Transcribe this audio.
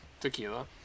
Tequila